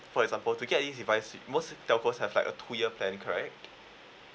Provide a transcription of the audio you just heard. for example to get any device most telco have like a two year plan correct